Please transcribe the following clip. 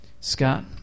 Scott